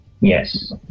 Yes